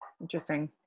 Interesting